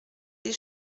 des